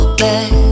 back